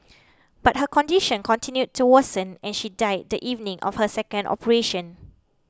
but her condition continued to worsen and she died the evening of her second operation